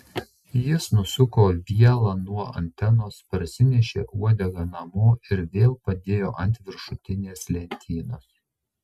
jis nusuko vielą nuo antenos parsinešė uodegą namo ir vėl padėjo ant viršutinės lentynos